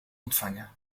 ontvangen